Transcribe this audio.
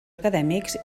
acadèmics